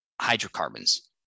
hydrocarbons